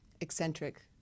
eccentric